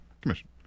Commission